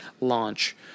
launch